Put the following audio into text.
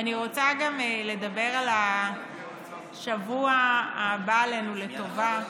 אני רוצה לדבר על השבוע הבא עלינו לטובה.